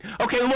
Okay